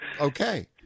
okay